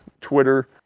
Twitter